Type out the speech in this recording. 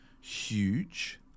huge